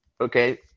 okay